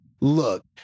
look